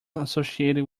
associated